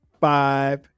Five